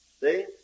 See